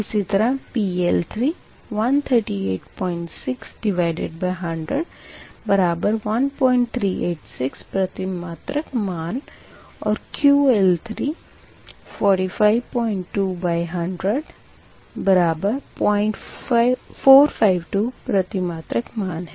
इसी तरह PL3 1386100 बराबर 1386 प्रतिमात्रक मान और QL3 452100 बराबर 0452 प्रतिमात्रक मान है